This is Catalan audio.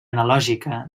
analògica